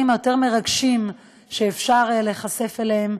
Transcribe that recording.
היותר-מרגשים שאפשר להיחשף אליהם,